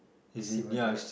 Steven-Gerrard